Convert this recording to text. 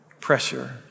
pressure